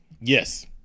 Yes